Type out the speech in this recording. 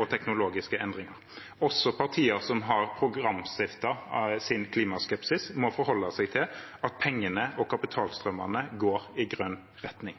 og teknologiske endringer. Også partier som har programfestet sin klimaskepsis, må forholde seg til at pengene og kapitalstrømmene går i grønn retning.